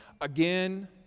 again